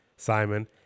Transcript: Simon